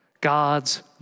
God's